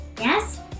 Yes